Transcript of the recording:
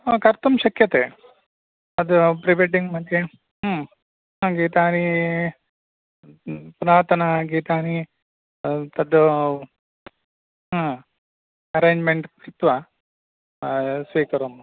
अ कर्तुं शक्यते तद् प्रीवेडिङ्ग् मध्ये सङ्गीतानि पुरातनगीतानि तद् अरेञ्ज्मेण्ट् कृत्वा स्वीकरोमि